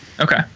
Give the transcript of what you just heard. Okay